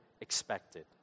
expected